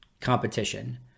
competition